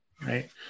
right